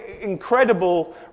incredible